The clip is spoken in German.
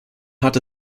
hat